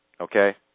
okay